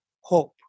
hope